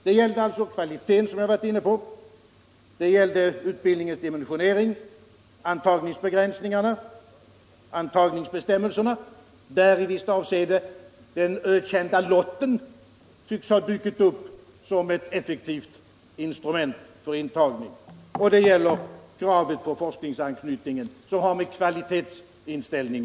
Det som har med kvaliteten att göra är vidare utbildningens dimensionering, intagningsbegränsningarna, intagningsbestämmelserna där i visst avseende den ökända lotten tycks ha dykt upp som ett instrument för intagning och kravet på forskningsanknytning.